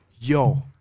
yo